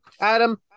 Adam